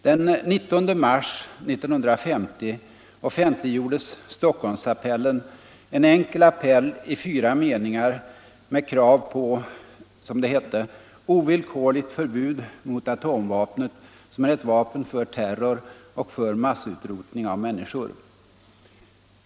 Den 19 mars 1950 offentliggjordes Stockholmsappellen, en enkel appell i fyra meningar med krav på ”ovillkorligt förbud mot atomvapnet, som är ett vapen för terror och för massutrotning av människor”.